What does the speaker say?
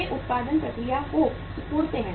वे उत्पादन प्रक्रिया को सिकोड़ते हैं